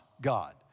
God